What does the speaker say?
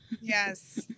Yes